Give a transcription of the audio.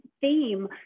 theme